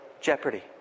jeopardy